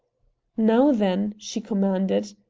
now, then, she commanded,